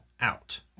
out